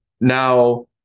now